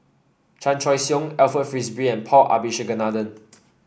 Chan Choy Siong Alfred Frisby and Paul Abisheganaden